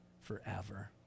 forever